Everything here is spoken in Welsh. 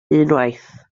unwaith